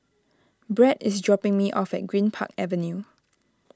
Brett is dropping me off at Greenpark Avenue